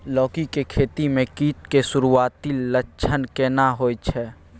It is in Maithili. लौकी के खेती मे कीट के सुरूआती लक्षण केना होय छै?